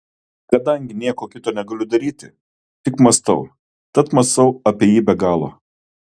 kadangi nieko kita negaliu daryti tik mąstau tad mąstau apie jį be galo